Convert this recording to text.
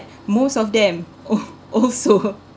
most of them oh also